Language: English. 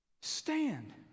Stand